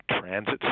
transit